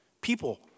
people